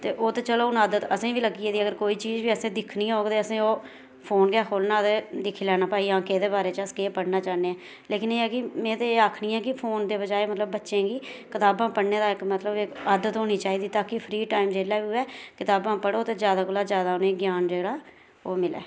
ते ओह ते चलो हून आदत असेंगी बी लग्गी गेदी अगर कोई चीज बी असें दिक्खनी होग ते असें ओह् फोन गै खोलना ते दिक्खी लैना भाई केहदे बारे च अस केह् पढना चाहन्ने आं लेकिन एह् ऐ कि में ते एह् आक्खनी आं कि फोन दे बजाए मतलब बच्चे गी कताबां पढ़ने दा इक मतलब इक आदत होनी चाहिदी तां कि फ्री टाइम जेहलेै बी होऐ किताबां पढ़ो ते ज्यादा कोला ज्यादा उनेंगी ग्यान जोहड़ा ओह् मिलै